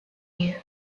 you